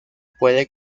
puede